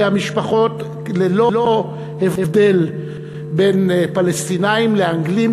המשפחות ללא הבדל בין פלסטינים לאנגלים,